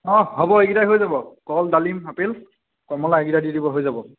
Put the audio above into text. হ'ব এইকেইটাই হৈ যাব কল ডালিম আপেল কমলা এইকেইটা দি দিব হৈ যাব